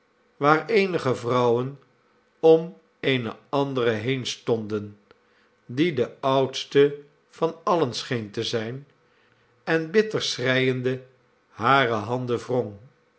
waar eenige vrouwen om eene andere heenstonden die de oudste van alien scheen te zijn en bitter schreiende hare handen wrong